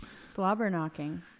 Slobber-knocking